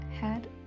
head